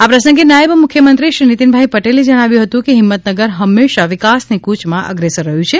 આ પ્રસંગે નાયબ મુખ્યમંત્રી શ્રી નીતિનભાઇ પટેલે જણાવ્યું હતુ કે હિંમતનગર હંમેશા વિકાસની કૂચમાં અગ્રેસર રહ્યુ છે